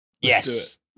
Yes